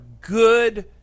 good